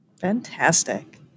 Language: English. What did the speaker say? Fantastic